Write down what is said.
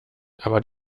aber